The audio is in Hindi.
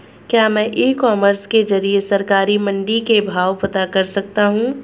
क्या मैं ई कॉमर्स के ज़रिए सरकारी मंडी के भाव पता कर सकता हूँ?